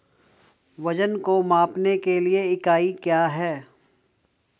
वजन को मापने के लिए इकाई क्या है?